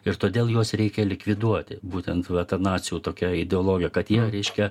ir todėl juos reikia likviduoti būtent va ta nacių tokia ideologija kad jie reiškia